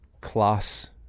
class